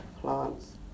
plants